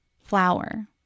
flower